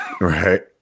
Right